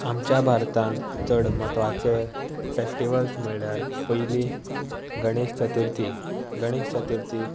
आमच्या भारतांत चड म्हत्वाचे फेस्टिवल्स म्हणल्यार पयलीं गणेश चतुर्ती गणेश चतुर्थी